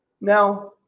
now